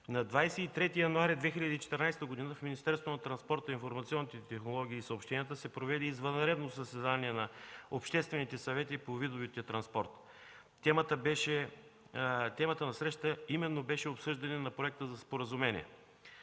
На 23 януари 2014 г. в Министерството на транспорта, информационните технологии и съобщенията, се проведе извънредно заседание на обществените съвети по видовете транспорт. Темата на срещата именно беше обсъждане на Проекта за споразумение,